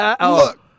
Look